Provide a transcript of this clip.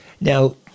now